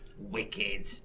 wicked